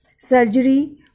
surgery